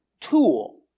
tool